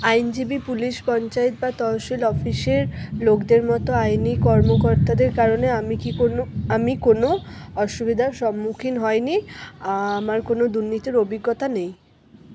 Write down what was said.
আইনজীবী পুলিশ পঞ্চায়েত বা তহসিল অফিসের লোকদের মতো আইনি কর্মকর্তাদের কারণে আমি কি কোনো আমি কোনো অসুবিধার সম্মুখীন হইনি আমার কোনো দুর্নীতির অভিজ্ঞতা নেই